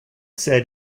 said